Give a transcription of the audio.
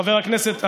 חבר הכנסת בנט,